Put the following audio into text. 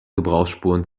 gebrauchsspuren